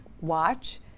watch